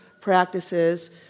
practices